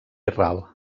ral